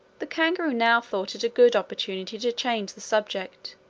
the kangaroo now thought it a good opportunity to change the subject,